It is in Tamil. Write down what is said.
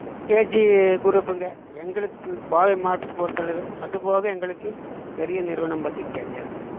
இந்த கேஜி குரூப்புங்க எங்களுக்கு கோவை மாவட்டத்தை பொறுத்தளவு அதுபோக எங்களுக்கு பெரிய நிறுவனம் பற்றி தெரியாதுங்க